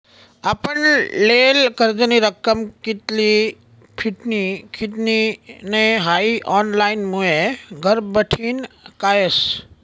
आपण लेयेल कर्जनी रक्कम कित्ली फिटनी कित्ली नै हाई ऑनलाईनमुये घरबठीन कयस